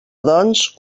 doncs